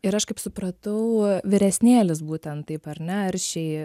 ir aš kaip supratau vyresnėlis būtent taip ar ne aršiai